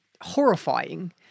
horrifying